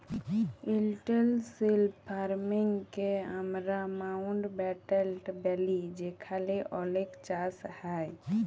intensive farming কে আমরা মাউল্টব্যাটেল ব্যলি যেখালে অলেক চাষ হ্যয়